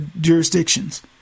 jurisdictions